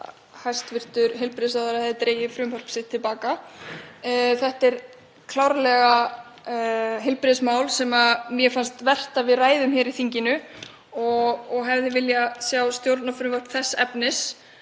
hæstv. heilbrigðisráðherra hafði dregið frumvarp sitt til baka. Þetta er klárlega heilbrigðismál sem mér finnst vert að við ræðum í þinginu og hefði viljað sjá stjórnarfrumvarp þess efnis.